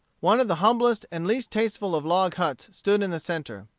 one of the humblest and least tasteful of log huts stood in the centre.